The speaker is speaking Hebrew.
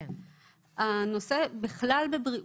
בכלל בבריאות,